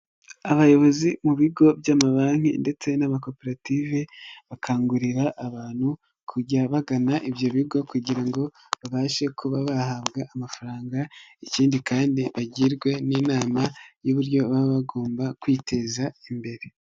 abayobozi mu bigo by'amabanki ndetse n'amakoperative, bakangurira abantu, kujya bagana ibyo bigo kugira ngo babashe kuba bahabwa amafaranga, ikindi kandi bagirwe n'inama y'uburyo baba bagomba kwiteza imbere.